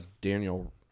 Daniel